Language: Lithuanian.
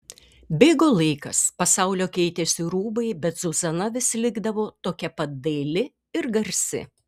bėgo laikas pasaulio keitėsi rūbai bet zuzana vis likdavo tokia pat daili ir garsi